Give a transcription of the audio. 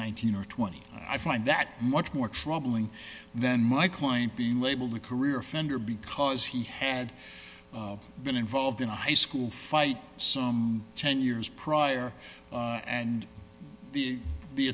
nineteen or twenty i find that much more troubling than my client being labeled a career offender because he had been involved in a high school fight some ten years prior and the the